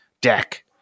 deck